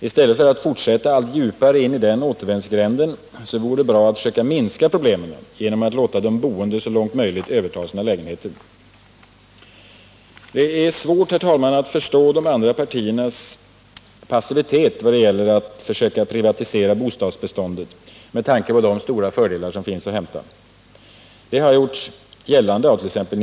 I stället för att fortsätta allt djupare in i denna återvändsgränd vore det bra att försöka minska problemen genom att låta de boende så långt möjligt överta sina lägenheter. Herr talman! Det är svårt att förstå de andra partiernas passivitet vad gäller att försöka privatisera bostadsbeståndet med tanke på de stora fördelar som finnsatt hämta. Det har gjorts gällande avt.ex.